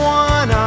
one